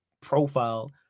profile